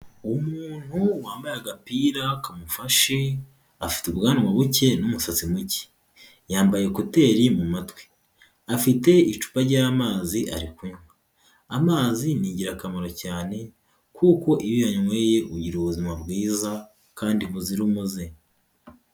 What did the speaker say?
Umuntu wambaye agapira kamufashe, afite ubwanwa buke n'umusatsi muke, yambaye ekuteri mu matwi, afite icupa ry'amazi ari kunywa, amazi ni ingirakamaro cyane kuko iyo uyanyweye ugira ubuzima bwiza kandi buzira umuze.